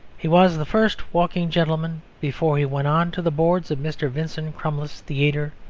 he was the first walking gentleman before he went on to the boards of mr. vincent crummles's theatre,